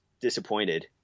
disappointed